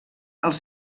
als